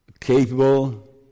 capable